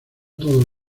todos